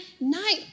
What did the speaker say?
night